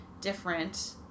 different